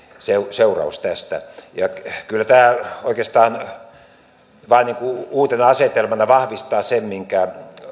seuraus tästä kyllä tämä oikeastaan niin kuin uutena asetelmana vain vahvistaa sen minkä